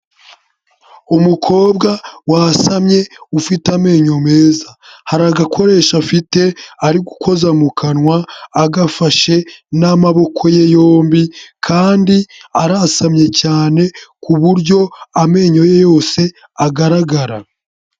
Umukobwa wasamye ufite amenyo meza, hari agakoresho afite ari gukoza mu kanwa agafashe n'amaboko ye yombi kandi arasamye cyane ku buryo amenyo ye yose agaragara.